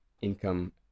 income